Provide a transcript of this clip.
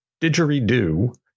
didgeridoo